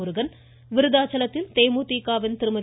முருகன் விருத்தாச்சலத்தில் தேமுதிக வின் திருமதி